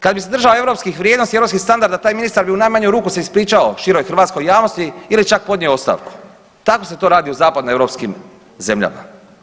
Kad bi se držali europskih vrijednosti i europskih standarda taj ministar bi u najmanju ruku se ispričao široj hrvatskoj javnosti ili čak podnio ostavku, tako se to radi u zapadnoeuropskim zemljama.